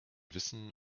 wissen